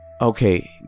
Okay